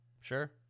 Sure